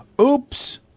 Oops